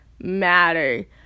matter